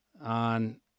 on